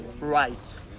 right